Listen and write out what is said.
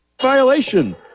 violation